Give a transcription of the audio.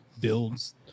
builds